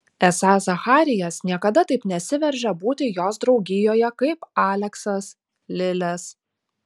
esą zacharijas niekada taip nesiveržia būti jos draugijoje kaip aleksas lilės